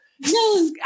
No